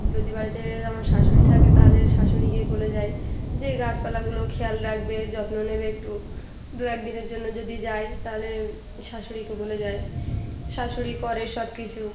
যদি বাড়িতে আমার শাশুড়ি থাকে তাহলে শাশুড়িকেই বলে যাই যে গাছপালাগুলো খেয়াল রাখবে যত্ন নেবে একটু দু এক দিনের জন্য যদি যাই তাহলে শাশুড়িকে বলে যাই শাশুড়ি করে সব কিছু